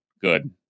Good